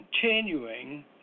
continuing